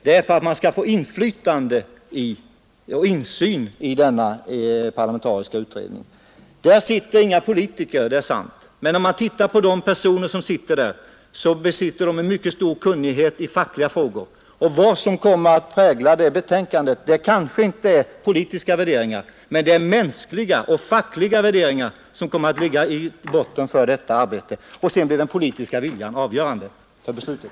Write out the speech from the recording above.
Det är för att man skall få inflytande och insyn i denna utredning. Det sitter inga politiker i den, det är sant, men om man tittar på de personer som sitter där, så representerar de mycket stor kunnighet i fackliga frågor. Vad som kommer att prägla betänkandet är kanske inte politiska värderingar men mänskliga och fackliga värderingar, och sedan blir den politiska viljan avgörande för beslutet.